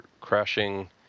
crashing